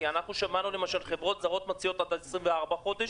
כי אנחנו שמענו למשל חברות זרות שמציעות עד 24 חודש,